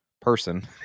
person